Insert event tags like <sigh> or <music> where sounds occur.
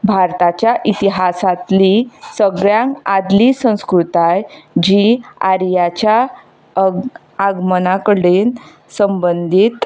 भारताच्या इतिहासांतली सगळ्यांत आदली संस्कृताय जी आर्याच्या <unintelligible> आगमना कडेन संबंदीत